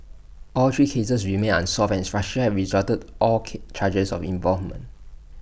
all three cases remain unsolved and Russia rejected all K charges of involvement